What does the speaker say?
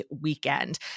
weekend